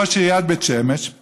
ראש עיריית בית שמש,